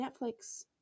Netflix